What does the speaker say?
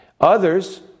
Others